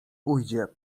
ujdzie